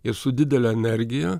ir su didele energija